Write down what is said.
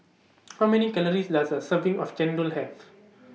How Many Calories Does A Serving of Chendol Have